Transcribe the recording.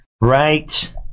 right